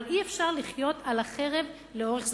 אבל אי-אפשר לחיות על החרב לאורך זמן.